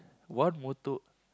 one motto